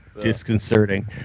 disconcerting